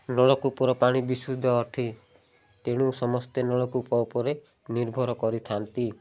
ନଳକୂପର ପାଣି ବିଶୁଦ୍ଧ ଅଟେ ତେଣୁ ସମସ୍ତେ ନଳକୂପ ଉପରେ ନିର୍ଭର କରିଥାନ୍ତି